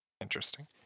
Interesting